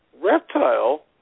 reptile